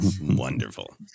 Wonderful